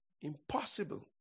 Impossible